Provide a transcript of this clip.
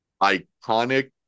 iconic